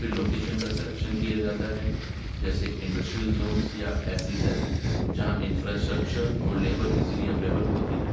فھر location کا selection کیا جاتا ہے جیسے انڈسٹریل زونس یا ایس ای زیڈس جہاں انفراسٹرکچر اور لیبر ایزیلی اویلیبل ہوتی ہے